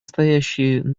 стоящие